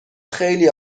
خیلی